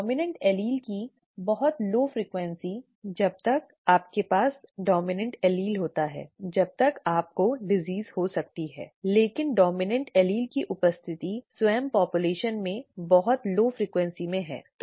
dominant allele की बहुत कम आवृत्ति जब तक आपके पास डोमिनेंट एलील होता है जब तक आप को बीमारी हो सकती है लेकिन डोमिनेंट एलील की उपस्थिति स्वयं आबादी में बहुत कम आवृत्ति में है ठीक है